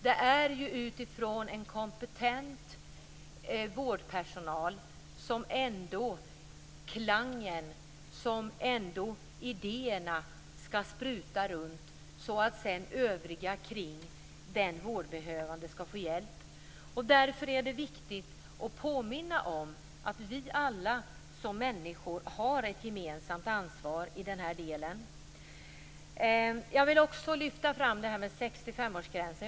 Det är utifrån en kompetent vårdpersonal som klangen och idéerna sprids runt så att övriga runtomkring den vårdbehövande får hjälp. Därför är det viktigt att påminna om att vi alla som människor har ett gemensamt ansvar i den här delen. Jag vill också lyfta fram 65-årsgränsen.